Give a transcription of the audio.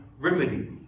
remedy